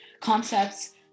concepts